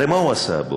הרי מה הוא עשה הבוקר,